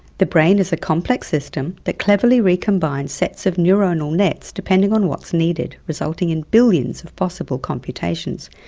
the brain is a complex system that cleverly recombines sets of neuronal nets depending on what needed, resulting in billions of possible combinations.